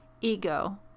ego